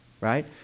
right